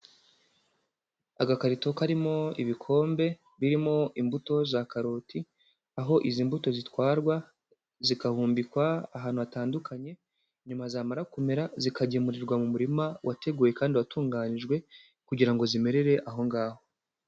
Agakarito karimo ibikombe birimo imbuto za karoti, aho izi mbuto zitwarwa zigahumbikwa ahantu hatandukanye, nyuma zamara kumera zikagemurirwa mu murima wateguwe kandi watunganijwe kugira ngo zimerere ahongaho.